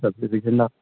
सब्ज़ी विझंदा